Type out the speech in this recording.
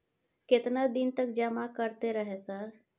केतना दिन तक जमा करते रहे सर?